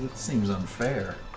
seems unfair.